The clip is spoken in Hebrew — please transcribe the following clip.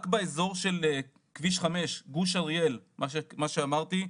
רק באזור של כביש 5, גוש אריאל כמו שאמרתי,